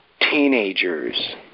teenagers